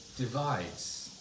divides